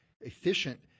efficient